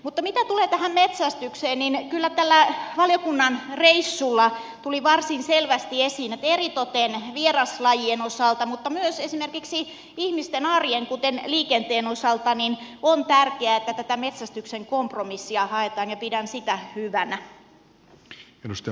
mutta mitä tulee tähän metsästykseen niin kyllä tällä valiokunnan reissulla tuli varsin selvästi esiin että eritoten vieraslajien osalta mutta myös esimerkiksi ihmisten arjen kuten liikenteen osalta on tärkeää että tätä metsästyksen kompromissia haetaan ja pidän sitä hyvänä